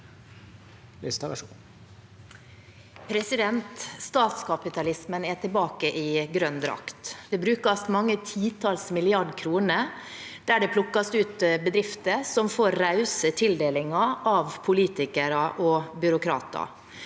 Statskapitalismen er tilbake i grønn drakt. Det brukes flere titalls milliarder kroner på å plukke ut bedrifter som får rause tildelinger av politikere og byråkrater.